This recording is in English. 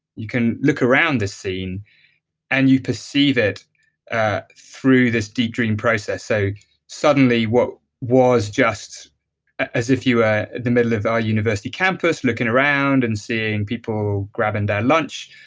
you can look around this scene and you perceive it ah through this deep dreaming process. so suddenly what was just as if you were the middle of our university campus looking around and seeing people grabbing their lunch.